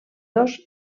dos